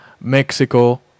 mexico